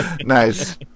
Nice